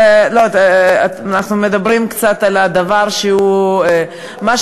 אנחנו מדברים על דבר שהוא קצת,